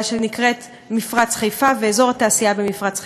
שנקראת מפרץ חיפה ואזור התעשייה במפרץ חיפה.